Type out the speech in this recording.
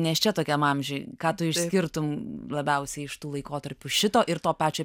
nėščia tokiam amžiuj ką tu išsiskirtum labiausiai iš tų laikotarpių šito ir to pačio